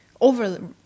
over